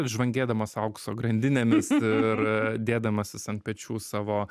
žvangėdamas aukso grandinėmis ir dėdamasis ant pečių savo